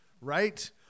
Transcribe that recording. right